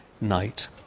night